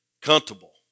comfortable